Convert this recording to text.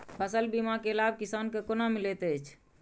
फसल बीमा के लाभ किसान के कोना मिलेत अछि?